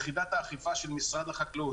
יחידת האכיפה של משרד החקלאות,